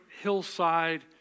hillside